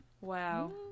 Wow